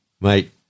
Mate